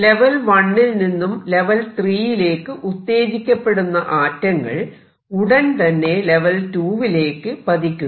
level 1 ൽ നിന്നും level 3 യിലേക്ക് ഉത്തേജിക്കപ്പെടുന്ന അറ്റങ്ങൾ ഉടനെ തന്നെ ലെവൽ 2 വിലേക്ക് പതിക്കുന്നു